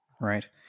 Right